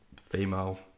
female